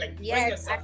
Yes